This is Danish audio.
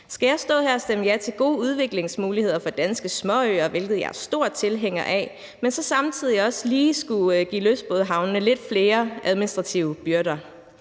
Skal jeg stå her og stemme ja til gode udviklingsmuligheder for danske småøer, hvilket jeg er stor tilhænger af, men så samtidig også lige skulle give lystbådehavnene lidt flere administrative byrder?